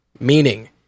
Meaning